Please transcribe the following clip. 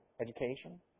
Education